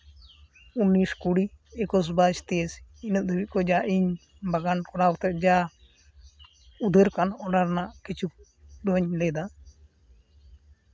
ᱩᱱᱤᱥ ᱠᱩᱲᱤ ᱮᱠᱩᱥ ᱵᱟᱭᱤᱥ ᱛᱮᱭᱤᱥ ᱤᱱᱟᱹᱜ ᱫᱷᱟᱹᱵᱤᱡ ᱡᱟ ᱤᱧ ᱵᱟᱜᱟᱱ ᱠᱚᱨᱟᱣ ᱠᱟᱛᱮᱫ ᱡᱟ ᱩᱫᱷᱟᱹᱨ ᱠᱟᱱ ᱚᱱᱟ ᱨᱮᱱᱟᱜ ᱠᱤᱪᱷᱩ ᱱᱚᱣᱟᱧ ᱞᱟᱹᱭ ᱫᱟ